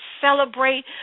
celebrate